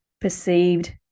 perceived